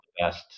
best